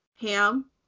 Ham